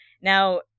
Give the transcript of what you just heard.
Now